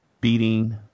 beating